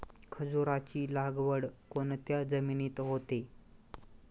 खजूराची लागवड कोणत्या जमिनीत होते?